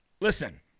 Listen